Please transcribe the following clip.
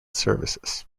services